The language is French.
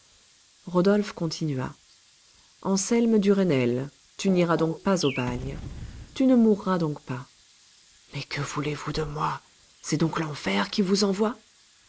rodolphe continua anselme duresnel tu n'iras donc pas au bagne tu ne mourras donc pas mais que voulez-vous de moi c'est donc l'enfer qui vous envoie